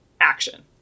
action